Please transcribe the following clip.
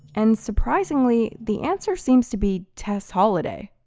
and surprisingly, the answer seems to be tess holliday.